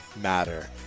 Matter